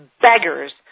beggars